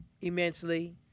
immensely